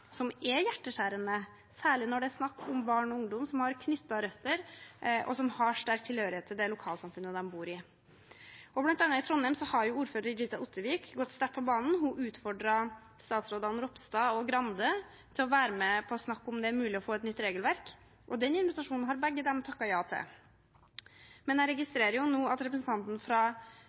som er hjerteskjærende, særlig når det er snakk om barn og ungdom som har slått røtter, og som har sterk tilhørighet til lokalsamfunnet de bor i. Blant annet i Trondheim: Der har ordfører Rita Ottervik gått sterkt på banen. Hun utfordret statsrådene Ropstad og Grande til å være med på å snakke om det er mulig å få et nytt regelverk. Den invitasjonen har de begge takket ja til. Men jeg registrerer nå at representanten fra